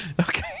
Okay